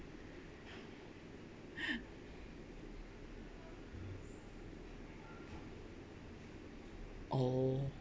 oh